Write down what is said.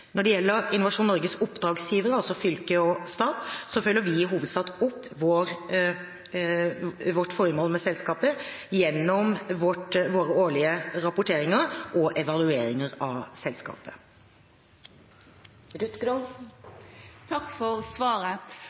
Når det gjelder Innovasjon Norges oppdragsgivere, altså fylke og stat, følger vi i hovedsak opp vårt formål med selskapet gjennom våre årlige rapporteringer og evalueringer av selskapet. Takk for svaret.